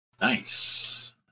Nice